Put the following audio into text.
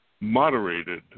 moderated